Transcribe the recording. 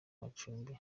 macumbi